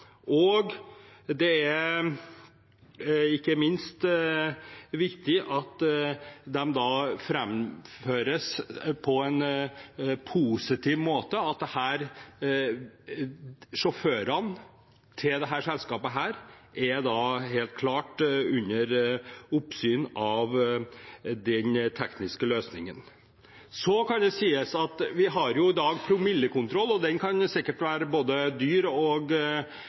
og det er ikke minst viktig at det framføres på en positiv måte at sjåførene til selskapet helt klart er under oppsyn av denne tekniske løsningen. Så kan det sies at vi i dag har promillekontroll, den kan sikkert være dyr, og